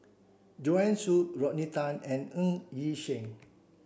Joanne Soo Rodney Tan and Ng Yi Sheng